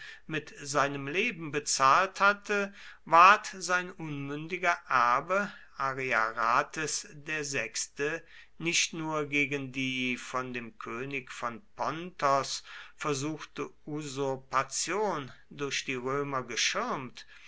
mit seinem leben bezahlt hatte ward sein unmündiger erbe ariarathes vi nicht nur gegen die von dem könig von pontos versuchte usurpation durch die römer geschirmt